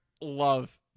love